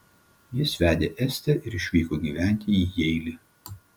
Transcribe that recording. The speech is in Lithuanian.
jis vedė estę ir išvyko gyventi į jeilį